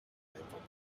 vorbeifährt